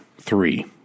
Three